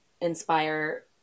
inspire